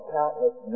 countless